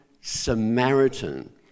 Samaritan